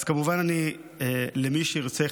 אז כמובן, אני אחלק למי שירצה.